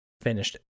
finished